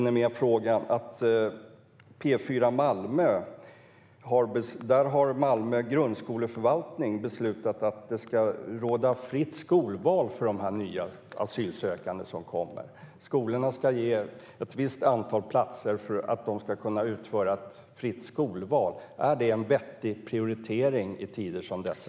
Enligt P4 Malmö har Malmö grundskoleförvaltning beslutat att det ska råda fritt skolval för de nya asylsökande som kommer. Skolorna ska bereda ett visst antal platser för att de asylsökande ska kunna göra ett fritt skolval. Är det en vettig prioritering i tider som dessa?